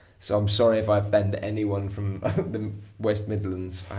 so i'm sorry if i offend anyone from the west midlands.